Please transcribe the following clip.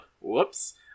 whoops